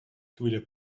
хвиля